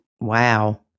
Wow